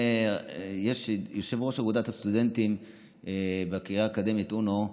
יושב-ראש אגודת הסטודנטים בקריה האקדמית אונו,